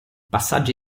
passaggi